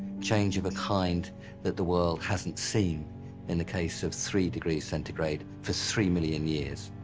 change of a kind that the world hasn't seen in the case of three degrees centigrade, for three million years.